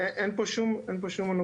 אין פה שום מונופול.